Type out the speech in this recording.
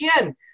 again